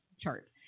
chart